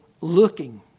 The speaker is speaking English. looking